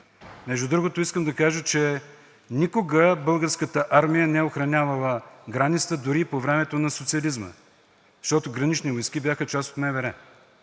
Между другото, искам да кажа, че никога Българската армия не е охранявала границата, дори и по времето на социализма, защото да припомня, че Гранични войски бяха част от МВР.